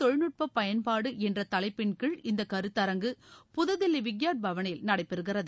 தொழில்நுட்ப பயன்பாடு என்ற தலைப்பின்கீழ் இந்த கருத்தரங்கு புதுதில்லி விக்யான் பவனில் நடைபெறுகிறது